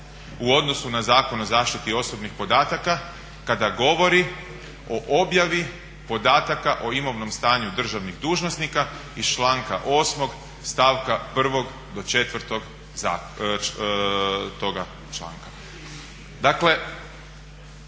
u odnosu na Zakon o zaštiti osobnih podataka, kada govori o objavi podataka o imovnom stanju državnih dužnosnika iz članka 8. stavka 1. do 4. toga članka.